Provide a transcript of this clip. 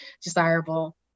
desirable